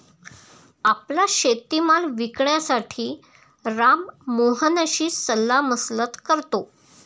आपला शेतीमाल विकण्यासाठी राम मोहनशी सल्लामसलत करतो